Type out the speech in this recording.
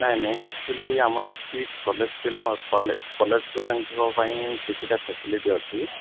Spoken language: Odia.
ନାଇ ନାଇ ଆକ୍ଚୁଆଲି ଆମର ଏଠି କଲେଜ ପିଲା କଲେଜ ଷ୍ଟୁଡେଣ୍ଟ୍ଙ୍କ ପାଇଁ କିଛିଟା ଫାସିଲିଟି ଅଛି